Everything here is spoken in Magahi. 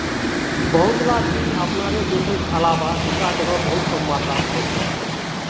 बहुतला चीज अपनार देशेर अलावा दूसरा जगह बहुत कम मात्रात हछेक